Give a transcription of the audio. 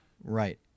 Right